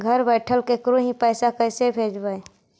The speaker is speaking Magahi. घर बैठल केकरो ही पैसा कैसे भेजबइ?